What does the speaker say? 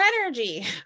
energy